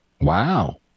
Wow